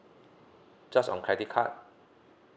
just on credit card